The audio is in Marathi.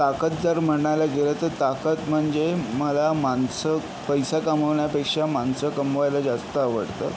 ताकद जर म्हणायला गेलं तर ताकद म्हणजे मला माणसं पैसा कमावण्यापेक्षा माणसं कमवायला जास्त आवडतं